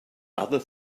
other